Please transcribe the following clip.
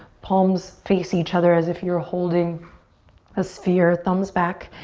palms face each other as if you're holding a sphere. thumbs back,